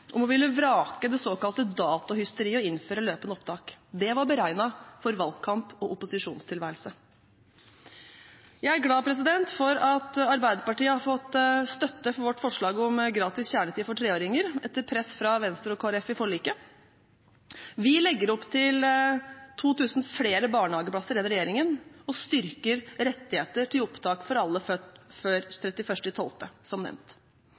om å ville vrake det såkalte datohysteriet og innføre løpende opptak. Det var beregnet for valgkamp og opposisjonstilværelse. Jeg er glad for at Arbeiderpartiet har fått støtte for sitt forslag om gratis kjernetid for treåringer, etter press fra Venstre og Kristelig Folkeparti i forliket. Vi legger opp til 2 000 flere barnehageplasser enn regjeringen og styrker rettigheter til opptak for alle født før 31. desember, som nevnt.